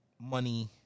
money